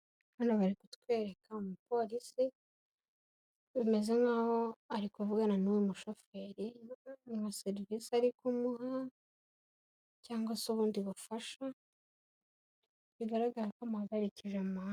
Hano bari kutwereka umupolisi bimeze nkaho ari kuvugana n'uyu mushoferi, ni nka serivisi ari kumuha, cyangwa se ubundi bufasha bigaragara ko amuhagarikije mu muhanda.